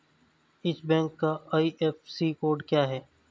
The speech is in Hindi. इस बैंक का आई.एफ.एस.सी कोड क्या है?